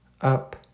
up